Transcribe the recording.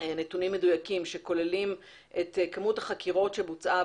נתונים מדויקים שכוללים את כמות החקירות שבוצעה